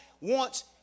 wants